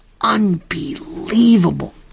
unbelievable